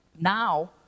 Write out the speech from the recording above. now